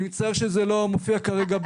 אני מצטער שזה לא מופיע כרגע.